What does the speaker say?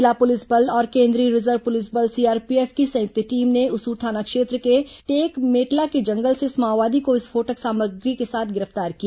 जिला पुलिस बल और केंद्रीय रिजर्व पुलिस बल सीआरपीएफ की संयुक्त टीम ने उसूर थाना क्षेत्र के टेकमेटला के जंगल से इस माओवादी को विस्फोटक सामग्री के साथ गिरफ्तार किया